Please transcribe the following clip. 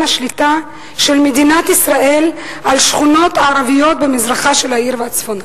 השליטה של מדינת ישראל על שכונות ערביות במזרחה של העיר ובצפונה.